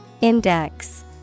Index